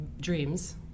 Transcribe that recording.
Dreams